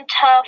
tough